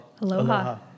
Aloha